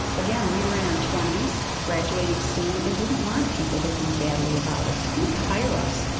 again, we were in our twenty s, graduating soon, and didn't want people to think badly about us. who would hire us?